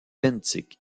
benthique